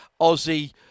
Aussie